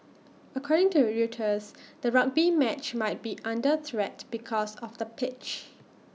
according to Reuters the rugby match might be under threat because of the pitch